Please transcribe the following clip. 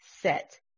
set